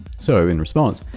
so, in response,